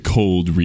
Cold